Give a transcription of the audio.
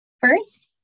First